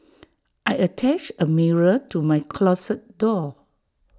I attached A mirror to my closet door